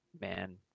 man